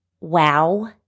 wow